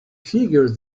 figures